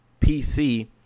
PC